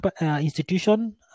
institution